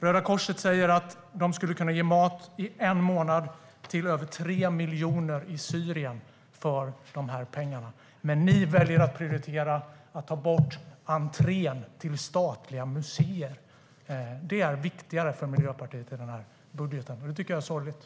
Röda Korset säger att de skulle kunna ge mat i en månad till över 3 miljoner människor i Syrien för de här pengarna. Men ni väljer att prioritera att ta bort entréavgifterna till statliga museer. Det är viktigare för Miljöpartiet i den här budgeten, och det tycker jag är sorgligt.